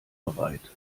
bereit